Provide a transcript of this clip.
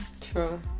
True